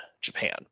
Japan